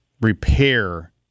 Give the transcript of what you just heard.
repair